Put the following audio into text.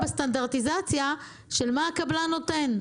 כמה יחידות דיור ביעד הממשלתי לשיווק בתוכנית מחיר מטרה ל-2022?